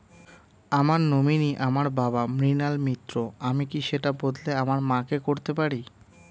আমার নমিনি আমার বাবা, মৃণাল মিত্র, আমি কি সেটা বদলে আমার মা কে করতে পারি?